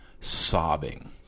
sobbing